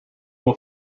will